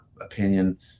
opinion